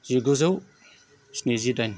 जिगुजौ स्निजिदाइन